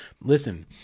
listen